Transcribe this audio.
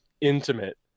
intimate